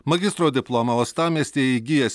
magistro diplomą uostamiestyje įgijęs